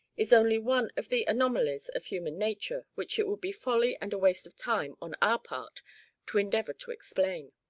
is only one of the anomalies of human nature which it would be folly and a waste of time on our part to endeavour to explain.